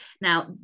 now